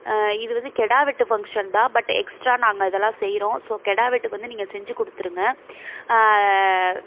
இது வந்து கிடா வெட்டு ஃபங்க்ஷன் தான் பட் எக்ஸ்ட்டா நாங்கள் இதெல்லாம் செய்கிறோம் ஸோ கிடா வெட்டுக்கு வந்து நீங்கள் செஞ்சு கொடுத்துருங்க